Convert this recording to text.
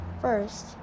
first